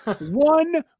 one